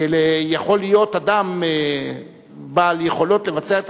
יכול להיות אדם בעל יכולות לבצע את